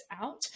out